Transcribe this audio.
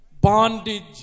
bondage